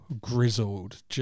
grizzled